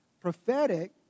prophetic